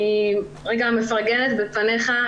אני מפרגנת בפניך,